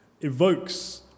evokes